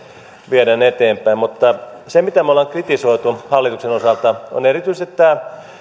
viedään eteenpäin mutta se mitä me olemme kritisoineet hallituksen osalta on erityisesti tämä